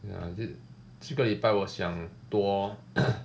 ya is it 这个礼拜我想多